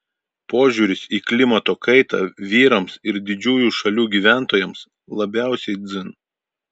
požiūris į klimato kaitą vyrams ir didžiųjų šalių gyventojams labiausiai dzin